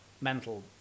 mental